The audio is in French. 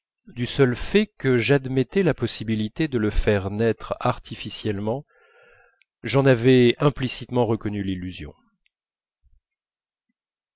du seul fait que j'admettais la possibilité de le faire naître artificiellement j'en avais implicitement reconnu l'illusion